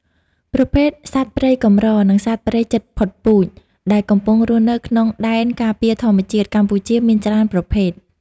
ប្រភេទសត្វព្រៃកម្រ និងសត្វព្រៃជិតផុតពូជ ដែលកំពុងរស់នៅក្នុងដែនការពារធម្មជាតិកម្ពុជាមានច្រើនប្រភេទ។